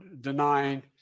denying